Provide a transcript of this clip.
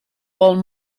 all